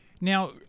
Now